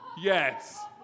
Yes